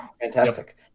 fantastic